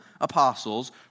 apostles